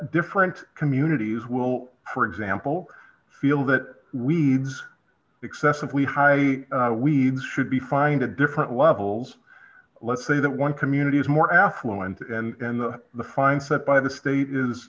different communities will for example feel that reads excessively high weeds should be fined at different levels let's say that one community is more affluent and the fine set by the state